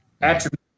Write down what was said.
attribute